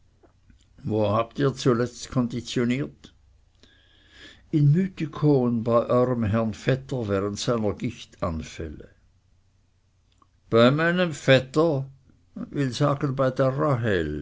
wo habt ihr zuletzt konditioniert in mythikon bei euerm herrn vetter während seiner gichtanfälle bei meinem vetter will sagen bei der